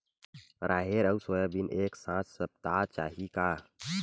राहेर अउ सोयाबीन एक साथ सप्ता चाही का?